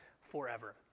forever